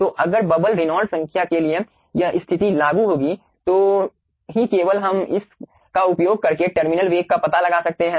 तो अगर bubble Reynolds संख्या के लिए यह स्थिति लागू होगी तो ही केवल हम इस का उपयोग करके टर्मिनल वेग का पता लगा सकते हैं